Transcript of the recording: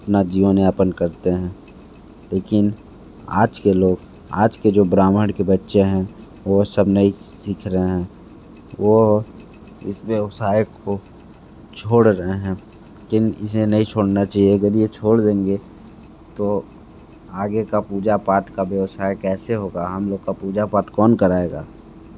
अपना जीवन यापन करते हैं लेकिन आज के लोग आज के जो ब्राह्मण के बच्चे हैं वो सब नहीं सीख रहे हैं वो इस व्यवसाय को छोड़ रहे हैं इसे नहीं छोड़ना चाहिए अगर यह छोड़ देंगे तो आगे का पूजा पाठ का व्यवसाय कैसे होगा हम लोग का पूजा पाठ कौन कराएगा